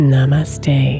Namaste